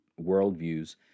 worldviews